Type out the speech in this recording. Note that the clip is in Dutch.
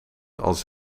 als